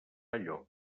lloc